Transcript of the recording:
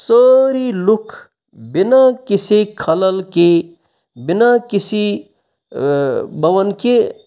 سٲری لُکھ بِنا کسی خلل کے بِنا کسی بہٕ وَنہٕ کہ